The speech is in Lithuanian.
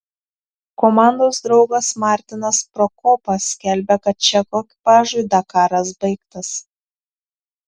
komandos draugas martinas prokopas skelbia kad čekų ekipažui dakaras baigtas